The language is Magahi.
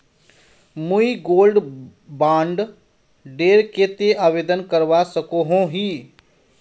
मुई गोल्ड बॉन्ड डेर केते आवेदन करवा सकोहो ही?